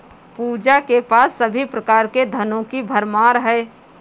पूजा के पास सभी प्रकार के धनों की भरमार है